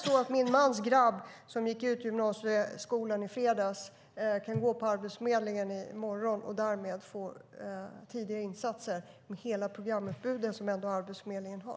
Kan min mans grabb, som gick ut gymnasieskolan i fredags, gå till Arbetsförmedlingen i morgon och därmed få tidiga insatser och hela det programutbud som Arbetsförmedlingen har?